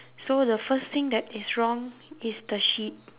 so the first thing that is wrong is the sheep